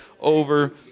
over